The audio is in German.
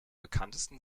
bekanntesten